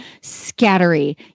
scattery